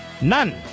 none